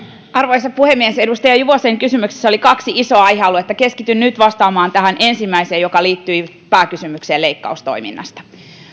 arvoisa puhemies edustaja juvosen kysymyksessä oli kaksi isoa aihealuetta keskityn nyt vastaamaan tähän ensimmäiseen joka liittyi pääkysymykseen leikkaustoiminnasta